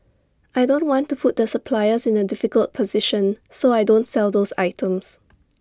I don't want to put the suppliers in A difficult position so I don't sell those items